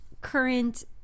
current